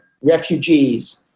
refugees